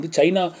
China